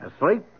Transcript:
Asleep